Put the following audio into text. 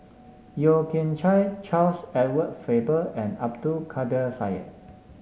Yeo Kian Chye Charles Edward Faber and Abdul Kadir Syed